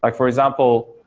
like for example,